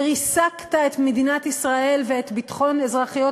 וריסקת את מדינת ישראל ואת ביטחון אזרחיות